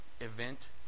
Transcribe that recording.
event